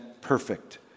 perfect